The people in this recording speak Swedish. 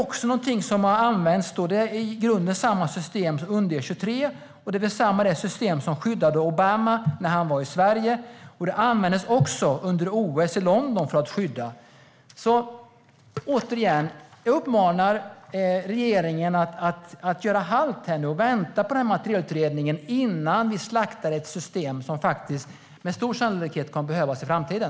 Detta är i grunden samma system som UndE 23, vilket är samma system som skyddade Obama när han var i Sverige. Det användes också under OS i London för att skydda. Jag vill återigen uppmana regeringen att göra halt här nu och vänta på materielutredningen innan vi slaktar ett system som med stor sannolikhet kommer att behövas i framtiden.